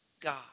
God